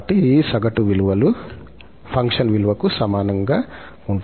కాబట్టి ఈ సగటు విలువలు ఫంక్షన్ విలువకు సమానంగా ఉంటాయి